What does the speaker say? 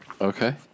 Okay